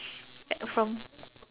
like from